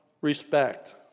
respect